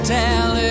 tell